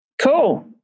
Cool